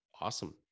awesome